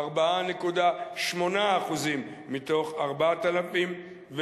4.8% מתוך 4,200,